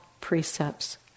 precepts